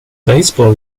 baseball